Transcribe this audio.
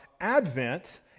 advent